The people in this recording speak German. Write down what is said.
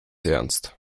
ernst